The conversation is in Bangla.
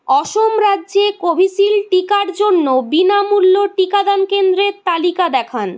অসম রাজ্যে কোভিশিল্ড টিকার জন্য বিনামূল্য টিকাদান কেন্দ্রের তালিকা দেখান